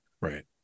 right